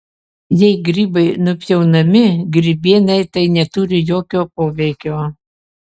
jei grybai nupjaunami grybienai tai neturi jokio poveikio